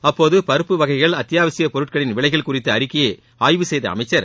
அப்போது பருப்பு வகைகள் அத்யாவசிய பொருட்களின் விலைகள் குறித்த அறிக்கையை ஆய்வு செய்த அமைச்சர்